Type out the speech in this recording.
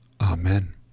amen